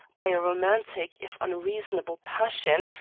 by a romantic, if unreasonable, passion,